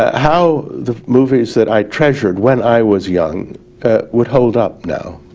how the movies that i treasured when i was young would hold up now.